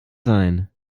sein